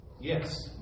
Yes